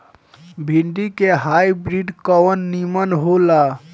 भिन्डी के हाइब्रिड कवन नीमन हो ला?